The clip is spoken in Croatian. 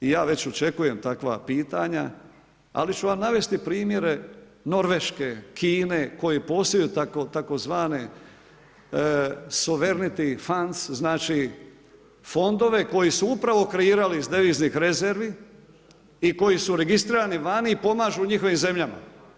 I ja već očekujem takva pitanja, ali ću vam navesti primjere, Norveške, Kine, koje posjeduju tzv. … znači fondove koji su upravo kreirali iz deviznih rezervi i koji su registrirani vani i pomažu njihovim zemljama.